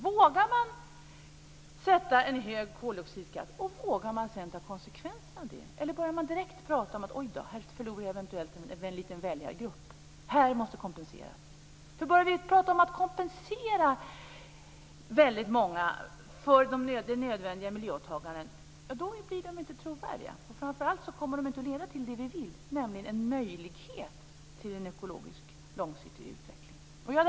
Vågar man sätta en hög koldioxidskatt, och vågar man sedan ta konsekvenserna av det, eller börjar man direkt prata om att man eventuellt förlorar en liten väljargrupp och att det måste kompenseras? Börjar vi prata om att kompensera väldigt många för de nödvändiga miljöåtagandena blir åtgärderna inte trovärdiga. Framför allt kommer det inte att leda till det vi vill, nämligen en möjlighet till en ekologiskt långsiktig utveckling.